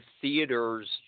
theaters